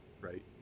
Right